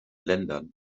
ländern